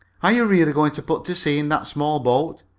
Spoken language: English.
are you really going to put to sea in that small boat?